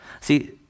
see